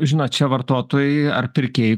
žinot čia vartotojai ar pirkėjai